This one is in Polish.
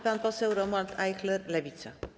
Pan poseł Romuald Ajchler, Lewica.